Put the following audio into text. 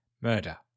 murder